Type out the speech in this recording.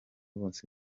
bose